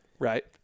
Right